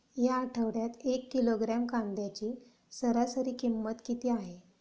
या आठवड्यात एक किलोग्रॅम कांद्याची सरासरी किंमत किती आहे?